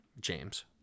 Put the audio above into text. James